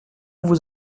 vous